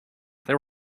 they